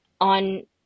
on